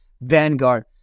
Vanguard